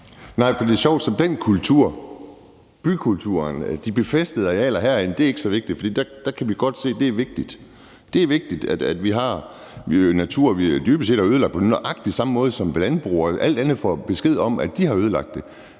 Nej, det er sjovt, som man i den kultur, bykulturen, altså de befæstede arealer herinde, siger, at det ikke er så vigtigt. Det er vigtigt, at vi har natur. Men dybest set man har ødelagt den på nøjagtig samme måde, som landbruget og alt andet får besked om at de har ødelagt den. Men